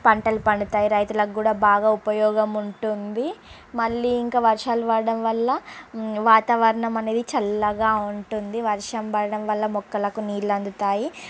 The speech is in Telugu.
పంటలు పండుతాయి రైతులకు కూడా బాగా ఉపయోగముంటుంది మళ్ళీ ఇంకా వర్షాలు పడడం వల్ల వాతావరణం అనేది చల్లగా ఉంటుంది వర్షం పడడం వల్ల మొక్కలకు నీళ్ళు అందుతాయి